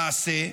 למעשה,